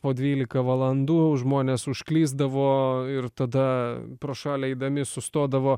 po dvylika valandų žmonės užklysdavo ir tada pro šalį eidami sustodavo